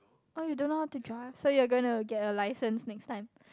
oh you don't know how to drive so you're going to get a license next time